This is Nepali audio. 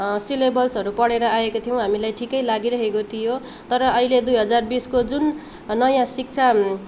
सिलेबसहरू पढेर आएका थियौँ हामीलाई ठिकै लागि रहेको थियो तर अहिले दुई हजार बिसको जुन नयाँ शिक्षा